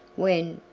when,